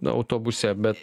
autobuse bet